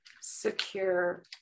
secure